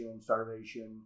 starvation